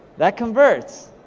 that converts